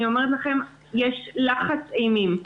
אני אומרת לכם, יש לחץ אימים.